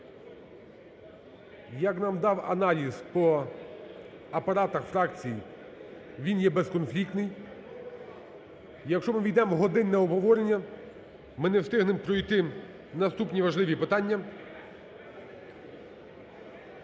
Як нам дав аналіз по апаратах фракцій, він є безконфліктний. Якщо ми увійдемо в годинне обговорення, ми не встигнемо пройти наступні важливі питання.